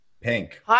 Pink